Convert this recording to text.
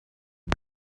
and